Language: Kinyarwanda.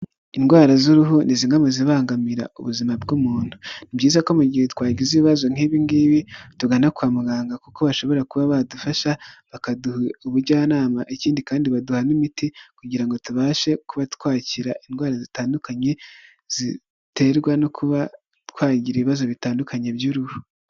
Indwara z'uruhu ni zimwe mu zibangamira ubuzima bw'umuntu, ni byiza ko mu gihe twagize ibibazo nk'ibi ngibi, tugana kwa muganga kuko bashobora kuba badufasha bakaduha ubujyanama, ikindi kandi baduha n'imiti kugira ngo tubashe kuba twakira indwara zitandukanye ziterwa no kuba twayigira ibibazo bitandukanye by'uruhu.